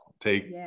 Take